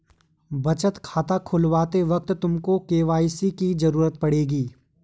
बचत खाता खुलवाते वक्त तुमको के.वाई.सी की ज़रूरत पड़ेगी